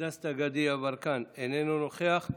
גדי יברקן, איננו נוכח.